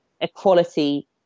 equality